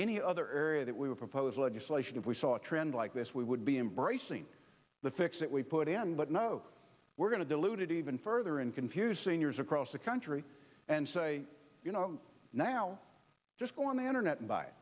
any other area that we would propose legislation if we saw a trend like this we would be embracing the fix that we put in but no we're going to dilute it even further and confuse seniors across the country and say you know now just go on the internet and b